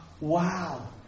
Wow